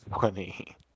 funny